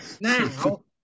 Now